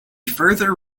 further